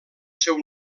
seu